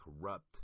Corrupt